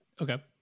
Okay